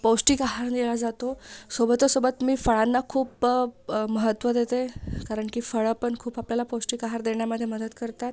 पौष्टिक आहार दिला जातो सोबतच्या सोबत मी फळांना खूप महत्त्व देते कारण की फळं पण खूप आपल्याला पौष्टिक आहार देण्यामध्ये मदत करतात